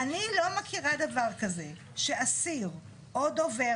אני לא מכירה דבר כזה שאסיר או דובר